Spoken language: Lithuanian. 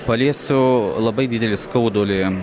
paliesiu labai didelį skaudulį